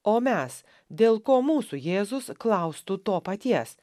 o mes dėl ko mūsų jėzus klaustų to paties